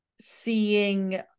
seeing